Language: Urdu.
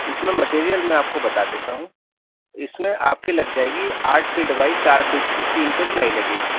اس میں مٹیرئل میں آپ کو بتا دیتا ہوں اس میں آپ کی لگ جائے گی آٹھ فٹ بائی چار فٹ کی تین تو پلائی لگے گی